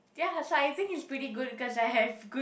ya so I think it's pretty good cause I have good